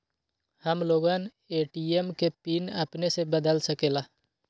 हम लोगन ए.टी.एम के पिन अपने से बदल सकेला?